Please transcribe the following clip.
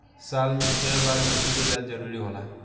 साल में केय बार मिट्टी के जाँच जरूरी होला?